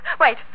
Wait